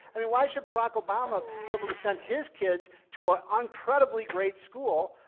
i mean, why should barack obama be able to send his kids to a incredibly great school,